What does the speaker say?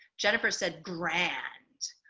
jennifer said, grand.